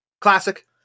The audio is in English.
Classic